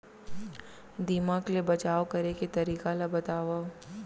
दीमक ले बचाव करे के तरीका ला बतावव?